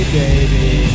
baby